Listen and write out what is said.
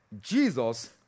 Jesus